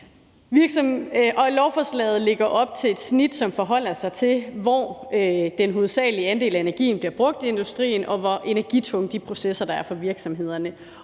Lovforslaget lægger op til et snit, som forholder sig til, hvor hoveddelen af energien bliver brugt i industrien, og hvor energitunge de processer er for virksomhederne.